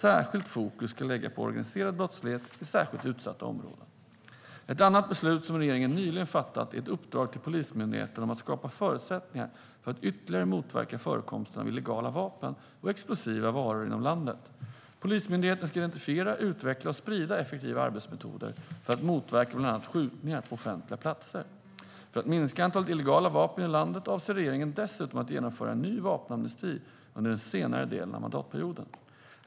Särskilt fokus ska läggas på organiserad brottslighet i särskilt utsatta områden. Ett annat beslut som regeringen nyligen har fattat är ett uppdrag till Polismyndigheten om att skapa förutsättningar för att ytterligare motverka förekomsten av illegala vapen och explosiva varor inom landet. Polismyndigheten ska identifiera, utveckla och sprida effektiva arbetsmetoder för att motverka bland annat skjutningar på offentliga platser. För att minska antalet illegala vapen i landet avser regeringen dessutom att genomföra en ny vapenamnesti under den senare delen av mandatperioden.